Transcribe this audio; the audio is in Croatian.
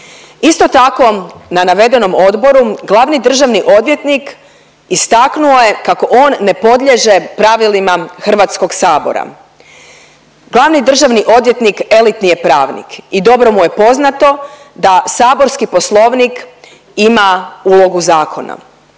Isto tako na navedenom odboru glavni državni odvjetnik istaknuo je kako on ne podliježe pravilima HS. Glavni državni odvjetnik elitni je pravnik i dobro mu je poznato da saborski Poslovnik ima ulogu zakona.